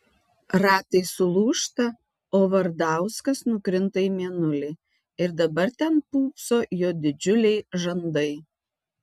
ratai sulūžta o vardauskas nukrinta į mėnulį ir dabar ten pūpso jo didžiuliai žandai